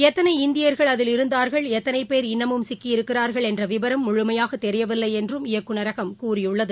எத்தனை இந்தியர்கள் அதில் இருந்தார்கள் எத்தனைபேர் இன்னமும் சிக்கியிருக்கிறார்கள் என்றவிவரம் முழுமையாகதெரியவில்லைஎன்றும் இயக்குநரகம் கூறியுள்ளது